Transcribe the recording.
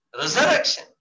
resurrection